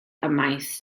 ymaith